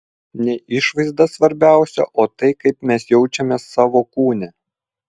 ne išvaizda svarbiausia o tai kaip mes jaučiamės savo kūne